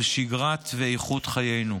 על שגרת חיינו ואיכות חיינו.